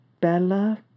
Bella